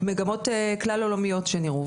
כלל עולמיות שנראה,